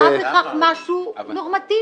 ממנה רואה בכך משהו נורמטיבי.